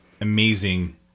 amazing